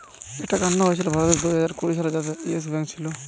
একটা কান্ড হয়েছিল ভারতে দুইহাজার কুড়ি সালে যাতে ইয়েস ব্যাঙ্ক ছিল